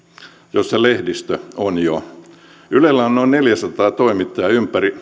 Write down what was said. jossa lehdistö on jo ylellä on noin neljäsataa toimittajaa